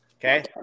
Okay